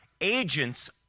agents